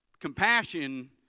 Compassion